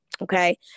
okay